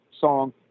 song